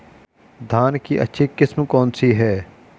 धान की अच्छी किस्म कौन सी है?